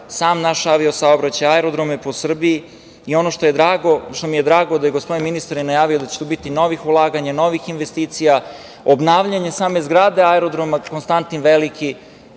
sam naš avio-saobraćaj, aerodrome po Srbiji i ono što mi je drago, da je gospodin ministar najavio da će tu biti novih ulaganja, novih investicija, obnavljanje same zgrade aerodroma „Konstantin Veliki“